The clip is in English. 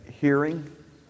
hearing